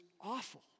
awful